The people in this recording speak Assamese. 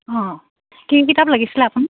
অঁ কি কিতাপ লাগিছিলে আপুনি